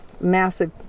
massive